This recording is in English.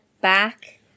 back